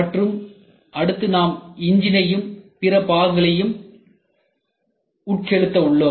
மற்றும் அடுத்து நாம் இஞ்சிணையும் பிற பாகங்களையும் உட்செலுத்த உள்ளோம்